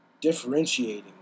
differentiating